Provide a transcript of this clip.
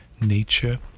nature